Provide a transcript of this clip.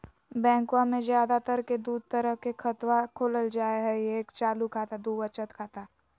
बैंकवा मे ज्यादा तर के दूध तरह के खातवा खोलल जाय हई एक चालू खाता दू वचत खाता